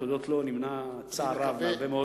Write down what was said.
תודות לו נמנע צער רב מהרבה מאוד,